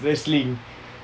wrestling